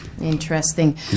Interesting